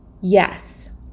yes